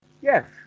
Yes